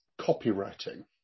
copywriting